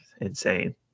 insane